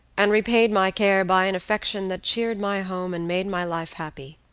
and repaid my care by an affection that cheered my home and made my life happy.